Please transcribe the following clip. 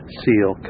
seal